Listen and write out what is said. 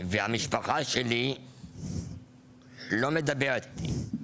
והמשפחה שלי לא מדברת איתי.